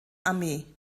armee